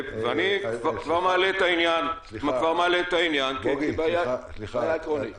ואני כבר מעלה את העניין, כי זו בעיה עקרונית.